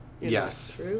Yes